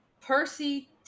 Percy